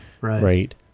right